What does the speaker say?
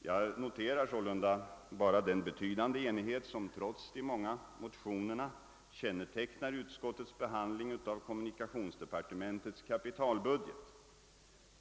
Jag noterar med tillfredsställelse den betydande enighet som trots de många motionerna kännetecknar utskottets behandling av kommunikationsdepartementets kapitalbudget.